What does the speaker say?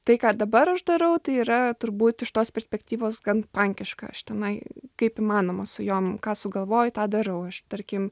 tai ką dabar aš darau tai yra turbūt iš tos perspektyvos gan pankiška aš tenai kaip įmanoma su jom ką sugalvoju tą darau aš tarkim